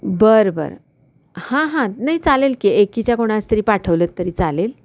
बरं बरं हां हां नाही चालेल की एकीच्या कोणाच्या तरी पाठवलंत तरी चालेल